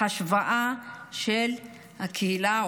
השוואה בין הקהילה,